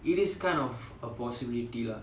it is kind of a possibility lah